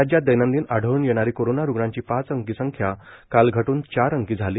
राज्यात दैनंदिन आढळ्न येणारी कोरोना रूग्णांची पाच अंकी संख्या काल घट्न चार अंकी झाली